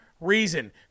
reason